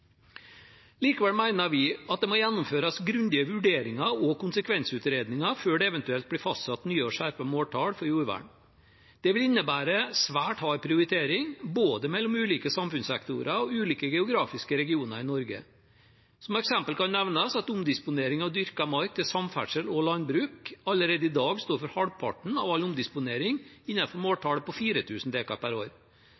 Likevel mener vi at det må gjennomføres grundige vurderinger og konsekvensutredninger før det eventuelt blir fastsatt nye og skjerpede måltall for jordvern. Det vil innebære svært hard prioritering, både mellom ulike samfunnssektorer og mellom ulike geografiske regioner i Norge. Som eksempel kan nevnes at omdisponering av dyrket mark til samferdsel og landbruk allerede i dag står for halvparten av all omdisponering